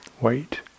Wait